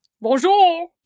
Bonjour